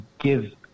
give